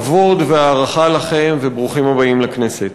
כבוד והערכה לכם, וברוכים הבאים לכנסת.